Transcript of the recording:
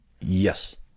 Yes